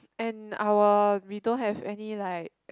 and our we don't have any like